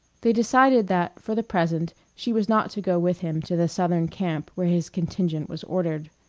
they decided that for the present she was not to go with him to the southern camp where his contingent was ordered.